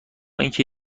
اینکه